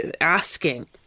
asking